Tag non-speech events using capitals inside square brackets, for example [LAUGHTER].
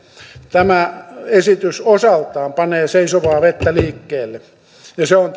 tämä esitys osaltaan panee seisovaa vettä liikkeelle ja se on [UNINTELLIGIBLE]